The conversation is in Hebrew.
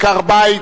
עקר-בית),